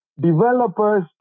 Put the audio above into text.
developers